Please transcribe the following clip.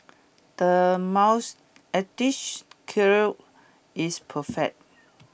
the mouth curl is perfect